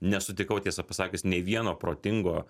nesutikau tiesą pasakius nei vieno protingo